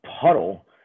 puddle